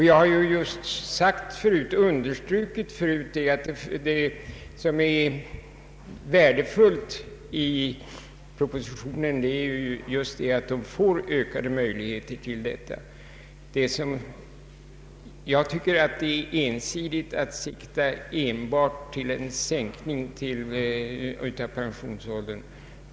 Jag har förut understrukit att det värdefulla i propositionens förslag är just att man får ökade möjligheter till detta. Jag tycker att det är ensidigt att sikta enbart till en sänkning av pensionsåldern.